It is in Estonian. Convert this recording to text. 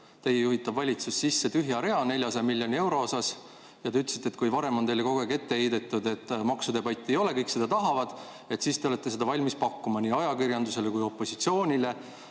teie juhitav valitsus sisse tühja rea, 400 miljoni eurot, ja te ütlesite, et kuna varem on teile kogu aeg ette heidetud, et maksudebatti ei ole ja kõik seda tahavad, siis te olete seda valmis pakkuma nii ajakirjandusele kui ka opositsioonile